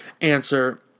answer